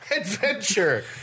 Adventure